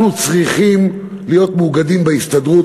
אנחנו צריכים להיות מאוגדים בהסתדרות,